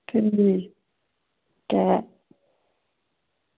ठीक ऐ